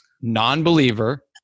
Non-believer